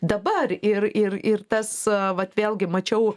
dabar ir ir ir tas vat vėlgi mačiau